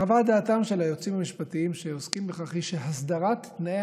חוות דעתם של היועצים המשפטיים שעוסקים בכך היא שהסדרת תנאי